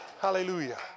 Hallelujah